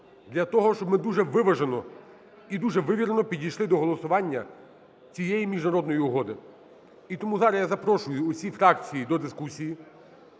для того, щоб ми дуже виважено і дуже вивірено підійшли до голосування цієї міжнародної угоди. І тому зараз я запрошую всі фракції до дискусії.